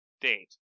date